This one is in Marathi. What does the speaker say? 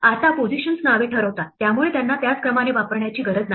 आता पोझिशन्स नावे ठरवतात त्यामुळे त्यांना त्याच क्रमाने वापरण्याची गरज नाही